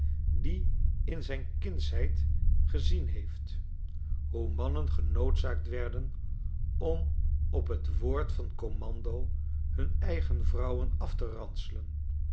die in zijn kindsheid gezien heeft hoe mannen genoodzaakt werden om op het woord van commando hun eigen vrouwen af te ranselen